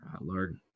Lord